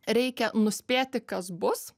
reikia nuspėti kas bus